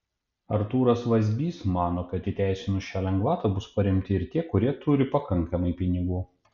artūras vazbys mano kad įteisinus šią lengvatą bus paremti ir tie kurie turi pakankamai pinigų